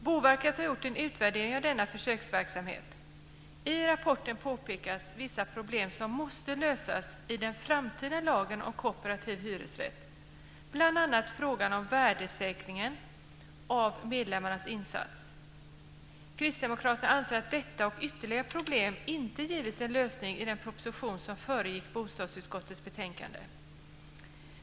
Boverket har gjort en utvärdering av denna försöksverksamhet. I rapporten påpekas vissa problem som måste lösas i den framtida lagen om kooperativ hyresrätt, bl.a. frågan om värdesäkringen av medlemmarnas insats. Kristdemokraterna anser att detta och ytterligare problem inte givits en lösning i den proposition som föregick bostadsutskottets betänkande.